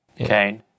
Okay